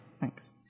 Thanks